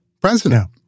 president